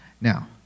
Now